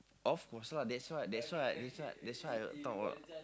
of course lah that's why that's why that's why that's why I talk a lot